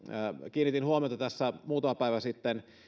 kiinnitin huomiota tässä muutama päivä sitten